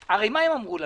הרי מה הם אמרו לנו?